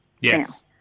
Yes